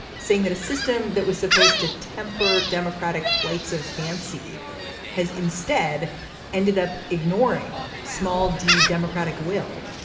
saying that a system that was supposed to temper democratic flights of fancy has instead ended up ignoring small d democratic will.